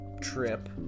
trip